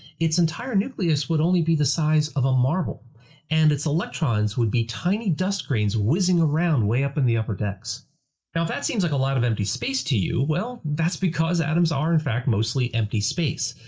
its entire nucleus would only be the size of a marble and its electrons would be tiny dust grains whizzing around way up in the upper decks. now if that seems like a lot of empty space to you, well that's because atoms are in fact mostly empty space!